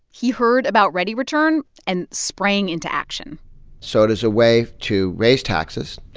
he heard about readyreturn and sprang into action so it is a way to raise taxes,